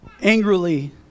angrily